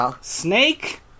Snake